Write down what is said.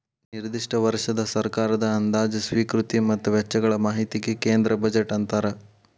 ನಿರ್ದಿಷ್ಟ ವರ್ಷದ ಸರ್ಕಾರದ ಅಂದಾಜ ಸ್ವೇಕೃತಿ ಮತ್ತ ವೆಚ್ಚಗಳ ಮಾಹಿತಿಗಿ ಕೇಂದ್ರ ಬಜೆಟ್ ಅಂತಾರ